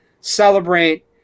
celebrate